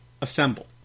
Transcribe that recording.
assemble